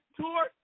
tour